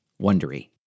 Wondery